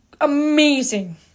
amazing